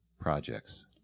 projects